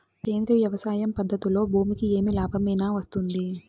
సేంద్రియ వ్యవసాయం పద్ధతులలో భూమికి ఏమి లాభమేనా వస్తుంది?